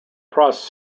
processed